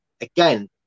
again